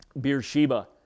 Beersheba